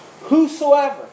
Whosoever